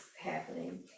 happening